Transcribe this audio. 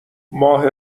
ماه